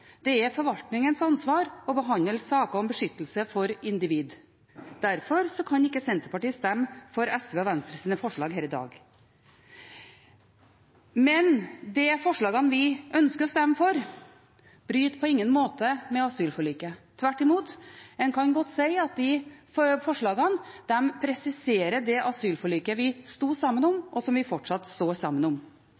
Det er forvaltningens ansvar å behandle saker om beskyttelse for individ. Derfor kan ikke Senterpartiet stemme for SVs og Venstres forslag her i dag. Men de forslagene vi ønsker å stemme for, bryter på ingen måte med asylforliket. Tvert imot kan en godt si at de forslagene presiserer det asylforliket vi sto sammen om, og som vi fortsatt står sammen om.